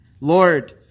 Lord